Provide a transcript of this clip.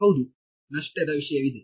ಹೌದು ನಷ್ಟದ ವಿಷಯವಿದೆ